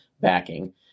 backing